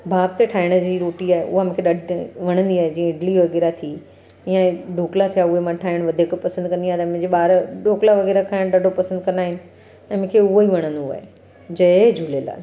भाप ते ठाहिण जी रोटी आहे उहा मूंखे ॾाढी वणंदी आहे जीअं इडली वग़ैरह थी ईअं ढोकला थिया उहे मां ठाहिणु वधीक पसंदि कंदी आहियां त मुंहिंजे ॿार ढोकला वग़ैरह खाइणु ॾाढो पसंदि कंदा आहिनि ऐं मूंखे उहो ई वणंदो आहे जय झूलेलाल